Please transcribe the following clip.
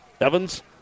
Evans